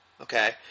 okay